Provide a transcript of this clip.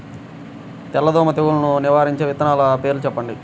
తెల్లదోమ తెగులును నివారించే విత్తనాల పేర్లు చెప్పండి?